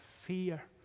fear